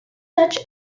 such